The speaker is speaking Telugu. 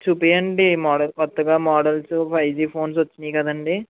చూపియ్యండి మోడల్ కొత్తగా మోడల్సు ఫైవ్ జీ ఫోన్స్ వచ్చినయి కదండి